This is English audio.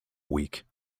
week